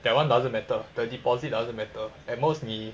that [one] doesn't matter the deposit doesn't matter at most 你